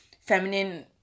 feminine